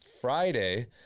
Friday